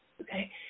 okay